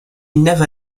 never